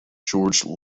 george